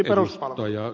arvoisa puhemies